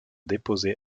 déposées